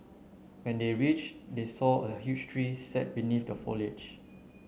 when they reached they saw a huge tree sat beneath the foliage